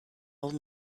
old